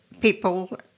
people